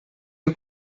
you